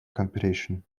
competition